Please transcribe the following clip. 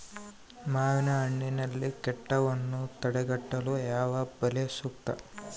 ಮಾವಿನಹಣ್ಣಿನಲ್ಲಿ ಕೇಟವನ್ನು ತಡೆಗಟ್ಟಲು ಯಾವ ಬಲೆ ಸೂಕ್ತ?